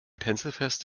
tänzelfest